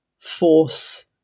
force